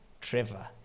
Trevor